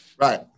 Right